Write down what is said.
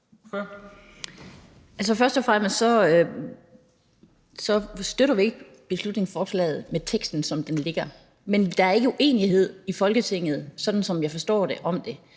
Først og fremmest støtter vi ikke beslutningsforslaget med den tekst, som ligger. Men der er ikke uenighed om det i Folketinget, sådan som jeg forstår det.